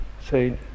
say